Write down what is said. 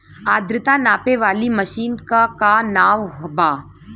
आद्रता नापे वाली मशीन क का नाव बा?